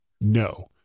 No